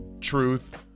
truth